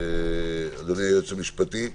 אדוני היועץ המשפטי,